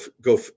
go